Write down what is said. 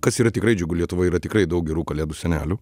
kas yra tikrai džiugu lietuvoj yra tikrai daug gerų kalėdų senelių